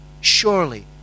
Surely